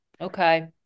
Okay